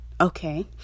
Okay